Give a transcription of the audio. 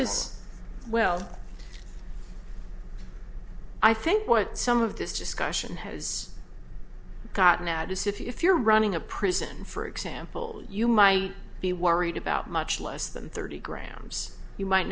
is well i think what some of this discussion has gotten out is if you're running a prison for example you might be worried about much less than thirty grams you might